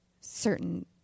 certain